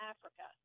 Africa